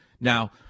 Now